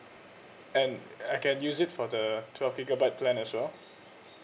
and I can use it for the twelve gigabyte plan as well